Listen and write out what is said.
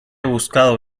buscado